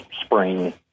Spring